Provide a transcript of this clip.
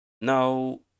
Now